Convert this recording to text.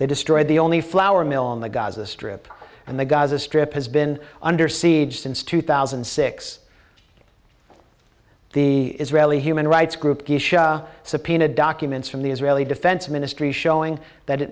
they destroyed the only flour mill in the gaza strip and the gaza strip has been under siege since two thousand and six the israeli human rights group subpoenaed documents from the israeli defense ministry showing that